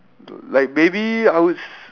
like maybe I would s~